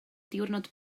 diwrnod